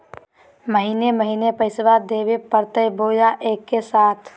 महीने महीने पैसा देवे परते बोया एके साथ?